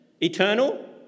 eternal